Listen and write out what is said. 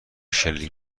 شلیک